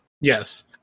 yes